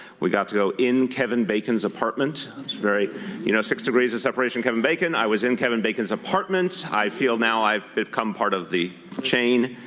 we got to go in kevin bacon's apartment. it's very you know six degrees of separation kevin bacon, i was in kevin bacon's apartment. i feel now i've become part of the chain.